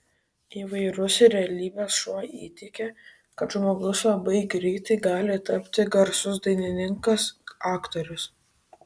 įvairūs realybės šou įteigė kad žmogus labai greitai gali tapti garsus dainininkas aktorius